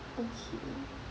okay